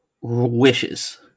wishes